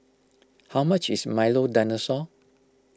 how much is Milo Dinosaur